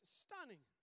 stunning